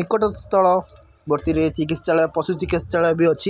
ନିକଟସ୍ତଳବର୍ତ୍ତିରେ ଚିକିତ୍ସାଳୟ ପଶୁ ଚିକିତ୍ସାଳୟ ବି ଅଛି